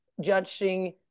judging